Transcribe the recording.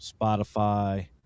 Spotify